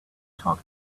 talk